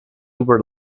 were